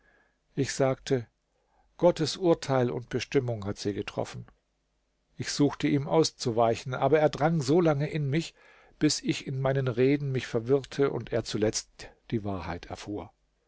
ich sagte gottes urteil und bestimmung hat sie getroffen ich suchte ihm auszuweichen aber er drang so lange in mich bis ich in meinen reden mich verwirrte und er zuletzt die wahrheit erfuhr